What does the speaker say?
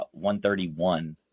131